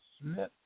Smith